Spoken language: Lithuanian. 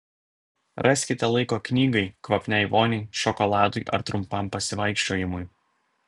raskite laiko knygai kvapniai voniai šokoladui ar trumpam pasivaikščiojimui